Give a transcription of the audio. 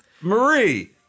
Marie